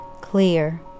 clear